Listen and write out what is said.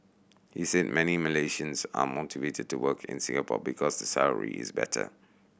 he said many Malaysians are motivated to work in Singapore because the salary is better